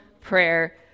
prayer